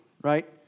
right